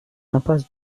impasse